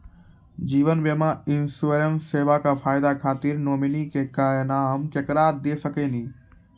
जीवन बीमा इंश्योरेंसबा के फायदा खातिर नोमिनी के नाम केकरा दे सकिनी?